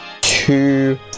two